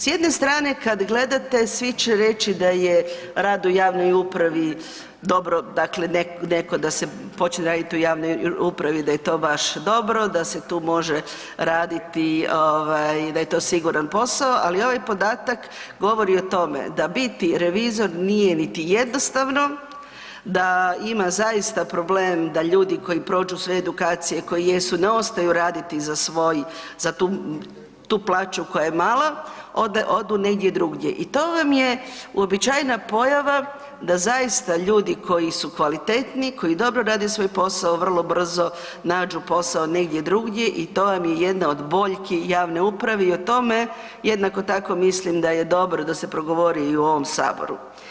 S jedne strane, kad gledate, svi će reći da je rad u javnoj upravi dobro, dakle, netko da se počne raditi u javnoj upravi, da je to baš dobro, da se tu može raditi, da je to siguran posao, ali ovaj podatak govori o tome da biti revizor nije niti jednostavno, da ima zaista problem da ljudi koji prođu sve edukacije, koje jesu, ne ostaju raditi za svoj, za tu plaću koja je mala, odu negdje drugdje i to vam je uobičajena pojava da zaista ljudi koji su kvalitetni, koji dobro rade svoj posao, vrlo brzo nađu posao negdje drugdje i to vam je jedna od boljki javne uprave i o tome jednako tako mislim da je dobro da se progovori i u ovom Saboru.